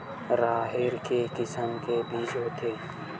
राहेर के किसम के बीज होथे?